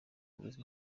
louise